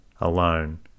alone